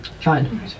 Fine